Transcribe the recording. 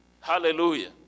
Hallelujah